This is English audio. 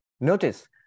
notice